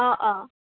অঁ অঁ